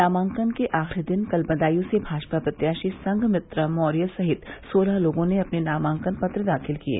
नामांकन के आखिरी दिन कल बदायूं से भाजपा प्रत्याशी संघमित्रा मैर्य सहित सोलह लोगों ने अपने नामांकन पत्र दाखिल किये